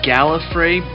Gallifrey